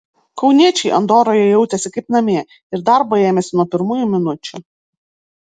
kauniečiai andoroje jautėsi kaip namie ir darbo ėmėsi nuo pirmųjų minučių